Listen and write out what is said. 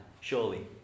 Surely